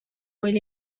oil